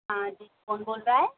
हाँ जी कौन बोल रहा है